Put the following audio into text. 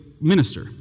minister